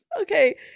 okay